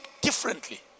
differently